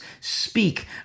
speak